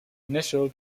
initial